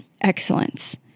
excellence